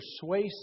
persuasive